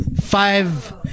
Five